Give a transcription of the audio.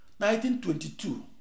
1922